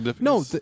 No